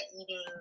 eating